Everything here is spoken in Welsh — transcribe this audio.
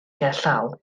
gerllaw